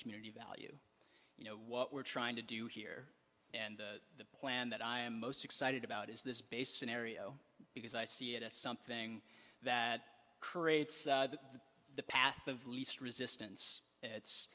community values you know what we're trying to do here and the plan that i am most excited about is this based scenario because i see it as something that creates the path of least resistance it's